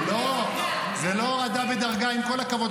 לא, זאת לא הורדה בדרגה, עם כל הכבוד.